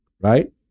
right